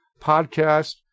podcast